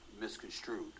misconstrued